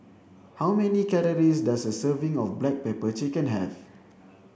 how many calories does a serving of black pepper chicken have